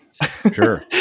Sure